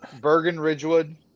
Bergen-Ridgewood